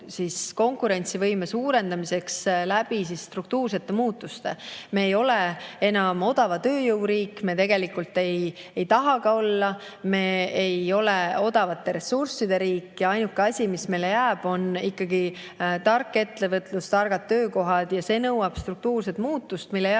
konkurentsivõime suurendamiseks struktuursete muutuste kaudu. Me ei ole enam odava tööjõu riik, me tegelikult ei taha ka olla, me ei ole odavate ressursside riik. Ja ainuke asi, mis meile jääb, on ikkagi tark ettevõtlus, targad töökohad. See nõuab aga struktuurset muutust, mille jaoks